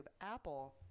Apple